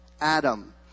Adam